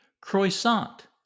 croissant